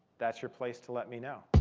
that's your place to let me know.